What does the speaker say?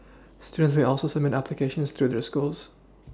students may also submit applications through their schools